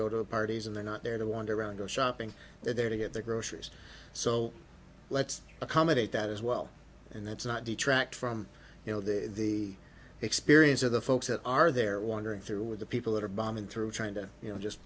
go to parties and they're not there to wander around a shopping they're there to get their groceries so let's accommodate that as well and that's not detract from you know the the experience of the folks that are there wandering through with the people that are bombing through trying to you know just